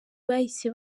bahise